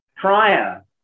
prior